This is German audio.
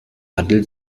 handel